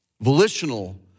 Volitional